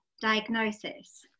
diagnosis